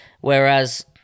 whereas